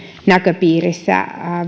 näköpiirissä